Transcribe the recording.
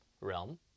realm